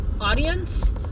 audience